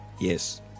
yes